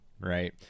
right